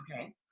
Okay